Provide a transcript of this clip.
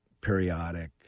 periodic